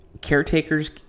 Caretakers